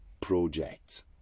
project